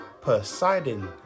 Poseidon